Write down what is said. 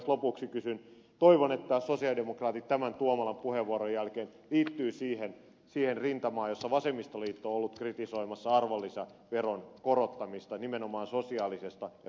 ihan lopuksi toivon että sosialidemokraatit tämän tuomolan puheenvuoron jälkeen liittyvät siihen rintamaan jossa vasemmistoliitto on ollut kritisoimassa arvonlisäveron korottamista nimenomaan sosiaalisesta ja työn näkökulmasta